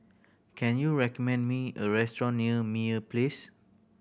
can you recommend me a restaurant near Meyer Place